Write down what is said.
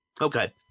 Okay